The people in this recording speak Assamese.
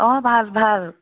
অঁ ভাল ভাল